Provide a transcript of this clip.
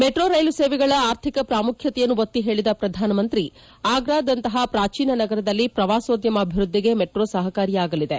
metro ರೈಲು ಸೇವೆಗಳ ಆರ್ಥಿಕ ಪ್ರಾಮುಖ್ಯತೆಯನ್ನು ಒತ್ತಿ ಹೇಳದ ಪ್ರಧಾನಮಂತ್ರಿ ಆಗ್ರಾದಂತಹ ಪ್ರಾಚೀನ ನಗರದಲ್ಲಿ ಪ್ರವಾಸೋದ್ದಮ ಅಭಿವೃದ್ದಿಗೆ ಮೆಟ್ರೋ ಸಹಕಾರಿಯಾಗಲಿದೆ